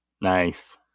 Nice